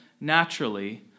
naturally